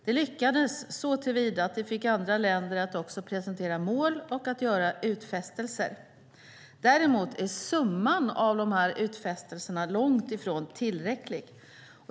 Det lyckades såtillvida att det fick andra länder att också presentera mål och att göra utfästelser. Däremot är summan av de här utfästelserna långt ifrån tillräcklig.